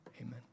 Amen